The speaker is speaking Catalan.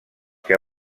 que